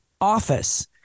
office